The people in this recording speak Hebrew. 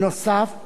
נוסף על כך,